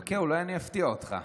חכה, אולי אני אפתיע אותך.